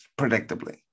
predictably